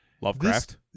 Lovecraft